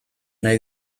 nahi